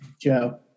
Joe